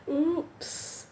!oops!